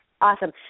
Awesome